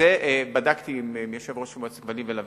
את זה בדקתי עם יושב-ראש מועצת הכבלים והלוויין.